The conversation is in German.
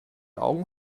augen